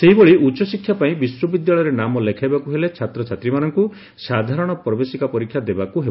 ସେହିଭଳି ଉଚ୍ଚଶିକ୍ଷା ପାଇଁ ବିଶ୍ୱବିଦ୍ୟାଳୟରେ ନାମ ଲେଖାଇବାକୁ ହେଲେ ଛାତ୍ରଛାତ୍ରୀମାନଙ୍କୁ ସାଧାରଣ ପ୍ରବେଶିକା ପରୀକ୍ଷା ଦେବାକୁ ହେବ